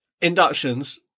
Inductions